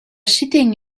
sitting